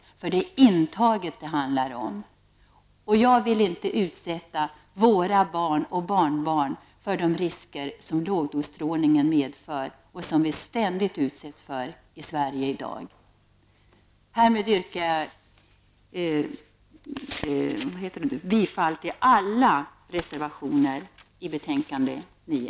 Det är nämligen intaget det handlar om. Jag vill inte utsätta våra barn och barnbarn för de risker som lågdosstrålning medför och som vi ständigt utsätts för i Sverige. Härmed yrkar jag bifall till alla reservationer i betänkande 9.